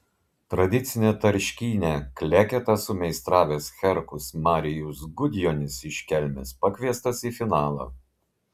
tradicinę tarškynę kleketą sumeistravęs herkus marijus gudjonis iš kelmės pakviestas į finalą